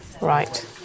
Right